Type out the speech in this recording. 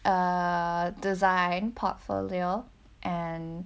uh design portfolio and